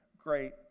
great